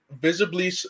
visibly